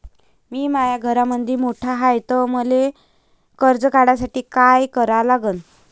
मी माया घरामंदी मोठा हाय त मले कर्ज काढासाठी काय करा लागन?